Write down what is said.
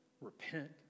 repent